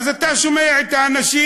אז אתה שומע את האנשים: